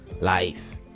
life